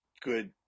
good